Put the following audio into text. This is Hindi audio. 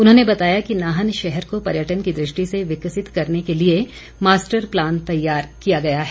उन्होंने बताया कि नाहन शहर को पर्यटन की दृष्टि से विकसित करने के लिए मास्टर प्लान तैयार किया गया है